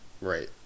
Right